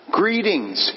greetings